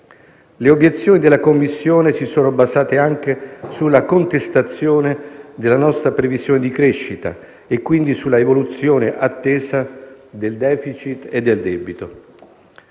Le obiezioni della Commissione si sono basate anche sulla contestazione della nostra previsione di crescita e, quindi, sull'evoluzione attesa del *deficit* e del debito.